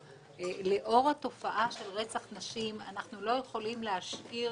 לאור התופעה של רצח נשים אנחנו לא יכולים להשאיר